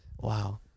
wow